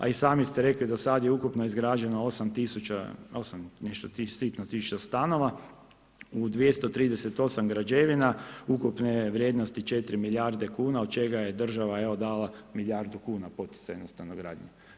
A i sami ste rekli do sada je ukupno izgrađeno 8 i nešto sitno tisuća stanova u 238 građevina, ukupne vrijednosti 4 milijarde kuna, od čega je država evo dala milijardu kuna poticajne stanogradnje.